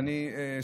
אז אני שמח.